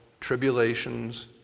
tribulations